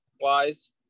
wise